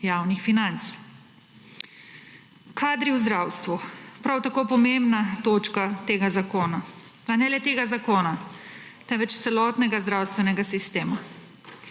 javnih financ. Kadri v zdravstvu. Prav tako pomembna točka tega zakona, a ne le tega zakona, temveč celotnega zdravstvenega sistema.